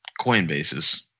Coinbase's